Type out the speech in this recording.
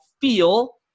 feel